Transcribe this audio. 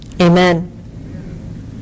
amen